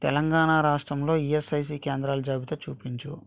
తెలంగాణా రాష్ట్రంలో ఈఎస్ఐసి కేంద్రాల జాబితా చూపించు